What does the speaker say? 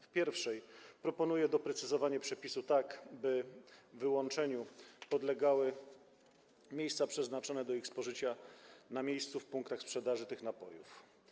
W pierwszej proponuje doprecyzowanie przepisu, tak by wyłączeniu podlegały „miejsca przeznaczone do ich spożycia na miejscu, w punktach sprzedaży tych napojów”